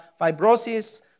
fibrosis